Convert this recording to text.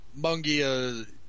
Mungia